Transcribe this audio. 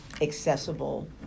accessible